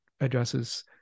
addresses